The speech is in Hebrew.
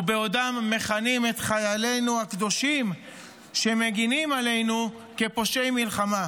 ובעודם מכנים את חיילינו הקדושים שמגינים עלינו פושעי מלחמה.